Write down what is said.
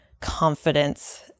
confidence